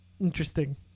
Interesting